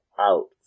out